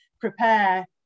prepare